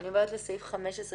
אני עוברת לסעיף 15,